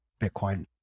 bitcoin